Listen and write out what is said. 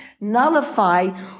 nullify